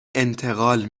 انتقال